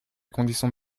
conditions